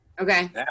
Okay